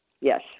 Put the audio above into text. yes